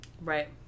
Right